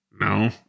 No